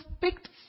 picked